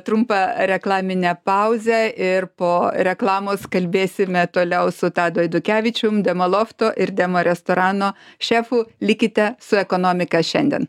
trumpą reklaminę pauzę ir po reklamos kalbėsime toliau su tadu eidukevičium demalofto ir demarestorano šefu likite su ekonomika šiandien